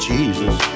Jesus